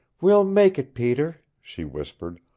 we'll make it, peter, she whispered.